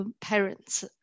parents